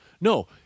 No